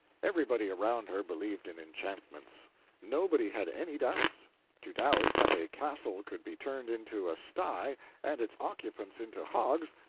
everybody around her believed in enchantments nobody had any doubts to doubt that a castle could be turned into a sty, and its occupants into hogs,